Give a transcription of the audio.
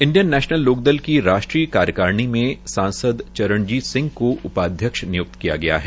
डंडियन National Lokdal की राष्ट्रीय कार्यकारिणी मे सांसद चरणजीत सिंह को उपाध्यक्ष निय्क्त किया गया है